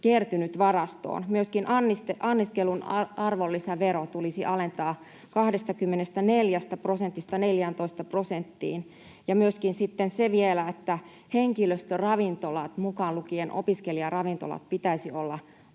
kertynyt varastoon. Myöskin anniskelun arvonlisäveroa tulisi alentaa 24 prosentista 14 prosenttiin. Myöskin on vielä se, että henkilöstöravintoloiden, mukaan lukien opiskelijaravintolat, pitäisi olla